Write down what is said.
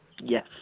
Yes